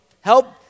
Help